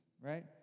right